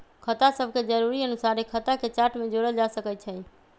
खता सभके जरुरी अनुसारे खता के चार्ट में जोड़ल जा सकइ छै